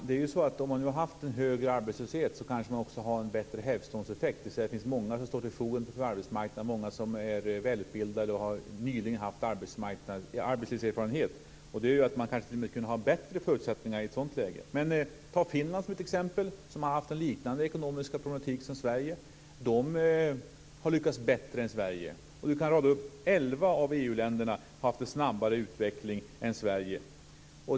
Fru talman! Om det nu har varit en hög arbetslöshet kanske man också har en bättre hävstångseffekt, dvs. det finns många som står till arbetsmarknadens förfogande. Det finns många som är välutbildade och som nyligen har haft arbetslivserfarenhet. Det gör att man t.o.m. kan ha bättre förutsättningar i ett sådant läge. Vi kan ta Finland som ett exempel. Där har man haft en liknande ekonomisk problematik som Sverige, men man har lyckats bättre än Sverige. Vi kan rada upp elva EU-länder som har haft en snabbare utveckling än Sverige.